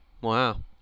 Wow